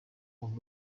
und